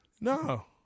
No